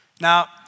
Now